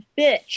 bitch